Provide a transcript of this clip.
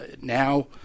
Now